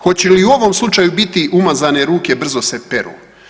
Hoće li u ovom slučaju biti „umazane ruke brzo se peru“